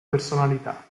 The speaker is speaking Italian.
personalità